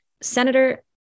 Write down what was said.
Senator